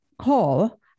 call